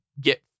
get